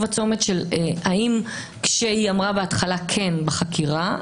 של האם כשאמרה בהתחלה כן בחקירה,